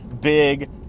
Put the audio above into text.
big